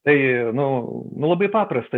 tai nu nu labai paprasta